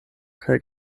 kaj